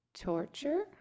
torture